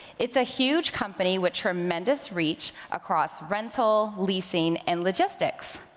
it's a huge company with tremendous reach across rental, leasing and logistics.